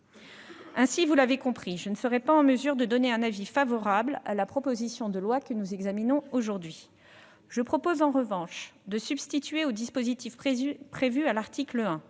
Aussi, vous l'avez compris, je ne serai pas en mesure de donner un avis favorable à la proposition de loi que nous examinons aujourd'hui. Je propose en revanche de substituer au dispositif prévu à l'article 1